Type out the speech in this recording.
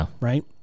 right